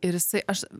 ir jisai aš